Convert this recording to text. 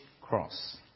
cross